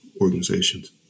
organizations